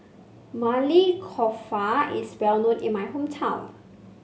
Maili Kofta is well known in my hometown